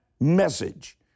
message